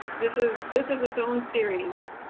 this is this is its own series,